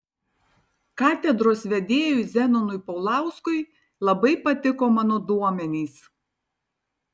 katedros vedėjui zenonui paulauskui labai patiko mano duomenys